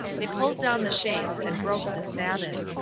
they pulled down the shades and broke the sabbath.